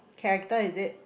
character is it